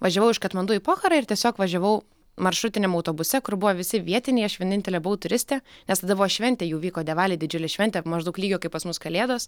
važiavau iš katmandu į pocharą ir tiesiog važiavau maršrutiniam autobuse kur buvo visi vietiniai aš vienintelė buvau turistė nes tada buvo šventė jų vyko devali didžiulė šventė maždaug lygio kaip pas mus kalėdos